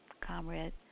Comrade